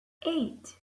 eight